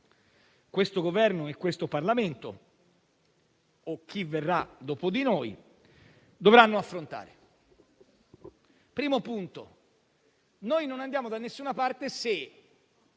questo Governo e questo Parlamento o chi verrà dopo di noi dovranno affrontare. Il primo punto è che non andiamo da nessuna parte, se